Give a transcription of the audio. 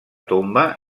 tomba